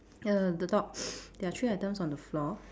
err the dog there are three items on the floor